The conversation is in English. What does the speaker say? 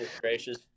gracious